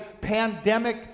pandemic